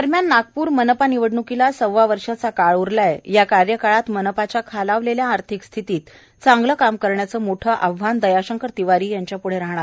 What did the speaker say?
दरम्यान नागपूर मनपा निवडणूकीला सव्वावर्षाचा काळ उरलाय या कार्यकाळात मनपाच्या खालावलेल्या आर्थिक स्थितीत चांगलं काम करण्याचं मोठं आव्हान दयाशंकर तिवारी यांच्यापूढे राहणार आहे